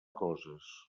coses